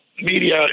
media